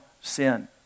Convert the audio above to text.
sin